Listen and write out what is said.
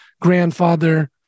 grandfather